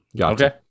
Okay